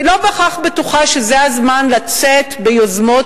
אני לא בהכרח בטוחה שזה הזמן לצאת ביוזמות